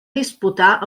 disputar